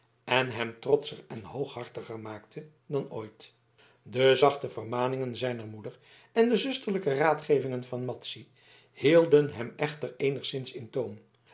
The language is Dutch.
en hem trotscher en hooghartiger maakte dan ooit de zachte vermaningen zijner moeder en de zusterlijke raadgevingen van madzy hielden hem echter eenigszins in